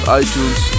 iTunes